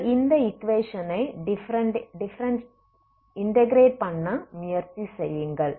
நீங்கள் இந்த ஈக்வேஷனை இன்டகிரேட் பண்ண முயற்சி செய்யுங்கள்